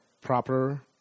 Proper